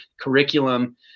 curriculum